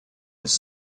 his